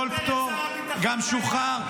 כל פטור גם שוחרר.